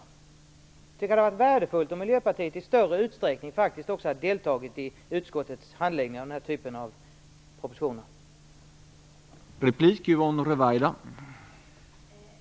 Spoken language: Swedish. Jag tycker att det skulle ha varit värdefullt om Miljöpartiet i större utsträckning också skulle ha deltagit i utskottets handläggning av den här typen av propositioner.